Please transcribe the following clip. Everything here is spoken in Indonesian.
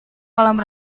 kolam